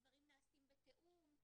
הדברים נעשים בתיאום.